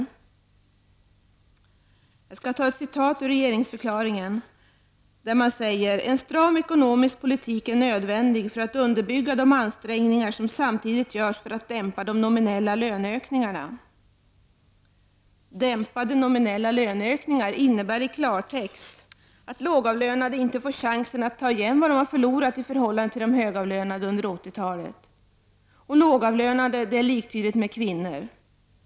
Så skall jag ta ett citat ur regeringsförklaringen: ”En stram ekonomisk politik är nödvändig för att underbygga de ansträngningar som samtidigt görs för att dämpa de nominella löneökningarna.” Dämpade nominella löneökningar innebär i klartext att lågavlönade inte får chansen att ta igen vad de förlorat i förhållande till de högavlönade under 80-talet. Och lågavlönade, det är liktydigt med kvinnor.